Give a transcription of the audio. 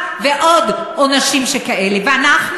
ובגללך כל אחד מדבר חמש דקות.